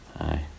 Aye